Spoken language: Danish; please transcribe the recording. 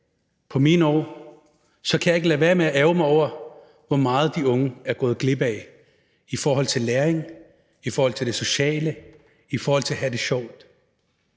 på mine år, kan jeg ikke lade være med at ærgre mig over, hvor meget de unge er gået glip af i forhold til læring, i forhold til det sociale, i forhold til at have det sjovt.